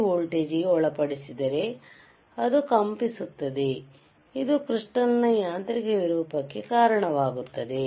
C voltage ಗೆ ಒಳಪಡಿಸಿದರೆ ಅದು ಕಂಪಿಸುತ್ತದೆ ಇದು ಕ್ರಿಸ್ಟಾಲ್ ನ ಯಾಂತ್ರಿಕ ವಿರೂಪಕ್ಕೆ ಕಾರಣವಾಗುತ್ತದೆ